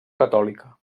catòlica